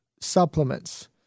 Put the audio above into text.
supplements